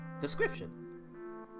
description